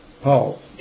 Paul